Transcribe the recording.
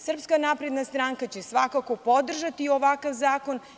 Srpska napredna stranka će svakako podržati ovakav zakon.